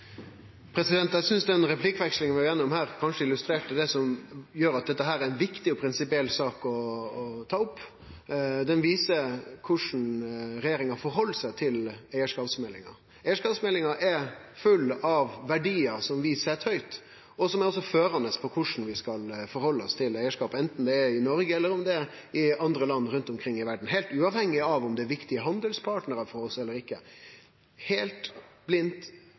omme. Eg synest den replikkvekslinga vi var gjennom her, illustrerte det som gjer at dette er ei viktig og prinsipiell sak å ta opp. Ho viser korleis regjeringa stiller seg til eigarskapsmeldinga. Eigarskapsmeldinga er full av verdiar som vi set høgt, og som også er førande for korleis vi skal stille oss til eigarskap, anten det er i Noreg eller i andre land rundt omkring i verda, heilt uavhengig av om det er viktige handelspartnarar for oss eller ikkje, heilt blindt,